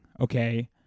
okay